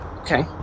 Okay